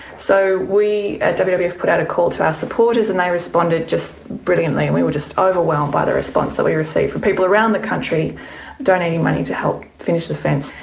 so we at the wwf put out a call to our supporters and they responded just brilliantly, and we were just overwhelmed by the response that we received from people around the country donating money to help finish the fence.